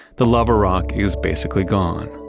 the lava rock is basically gone,